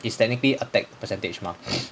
is technically attack percentage mah